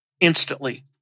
instantly